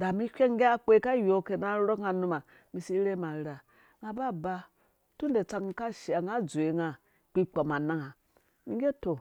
Da mum whɛng ngge ka yoke nurhokanga numba mi si rherhum arherheha nga ba tunda tsak mum ka shea nga dzowe nga kpikpɔm anangha ngge tɔ